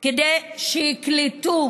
כדי שיקלטו